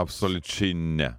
absoliučiai ne